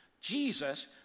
Jesus